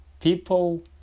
People